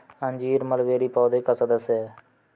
अंजीर मलबेरी पौधे का सदस्य है